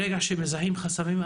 ברגע שמזהים חסמים,